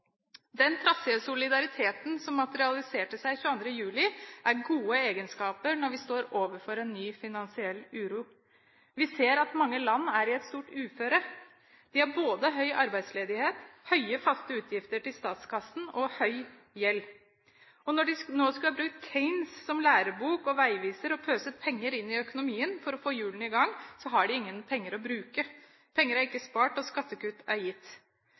Den trassige solidariteten som materialiserte seg 22. juli, er gode egenskaper når vi står overfor en ny finansiell uro. Vi ser at mange land er i et stort uføre. De har høy arbeidsledighet, høye faste utgifter til statskassen og høy gjeld. Og når de nå skal bruke Keynes som lærebok og veiviser, og pøse penger inn i økonomien for å få hjulene i gang, har de ingen penger å bruke. Penger er ikke spart, og skattekutt er gitt.